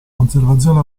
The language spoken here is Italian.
conservazione